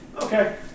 Okay